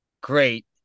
great